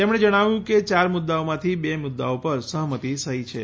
તેમણે જણાવ્યું કે યાર મુદ્દાઓમાંથી બે મુદ્દાઓ પર સહમતિ થઈ છે